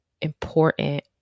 important